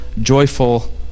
joyful